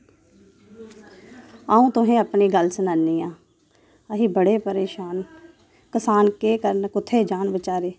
अ'ऊं तुसें अपनी गल्ल सनानियां असी बड़े परेशान न कसान केह् करन कुत्थै जान बचैरे